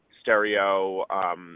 stereo